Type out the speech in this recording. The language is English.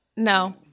No